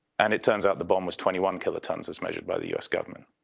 and it turns out the bomb was twenty one kilotons as measured by the us government.